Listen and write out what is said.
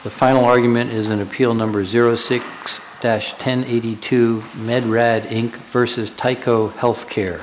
the final argument is an appeal number zero six dash ten eighty two med red ink versus tyco healthcare